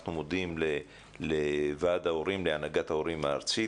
אנחנו מודים לוועד ההורים, להנהגת ההורים הארצית.